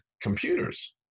computers